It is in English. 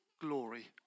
glory